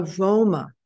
aroma